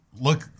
look